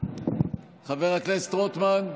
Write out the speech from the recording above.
חבר הכנסת רוטמן,